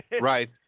Right